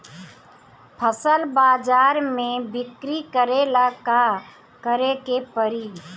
फसल बाजार मे बिक्री करेला का करेके परी?